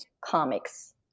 comics